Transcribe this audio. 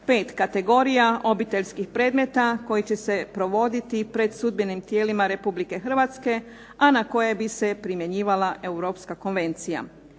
pet kategorija obiteljskih predmeta koji će se provoditi pred sudbenim tijelima Republike Hrvatske a na koje bi se primjenjivala Europska konvencija.